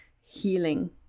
healing